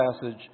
passage